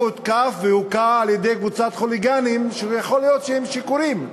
הוא הותקף והוכה על-ידי קבוצת חוליגנים שיכול להיות שהיו שיכורים.